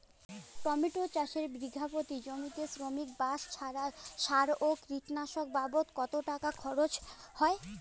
Tomato চাষে বিঘা প্রতি জমিতে শ্রমিক, বাঁশ, চারা, সার ও কীটনাশক বাবদ কত টাকা খরচ হয়?